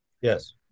Yes